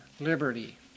liberty